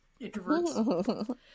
introverts